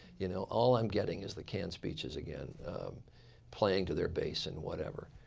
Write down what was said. you know all i'm getting is the canned speeches again playing to their base and whatever.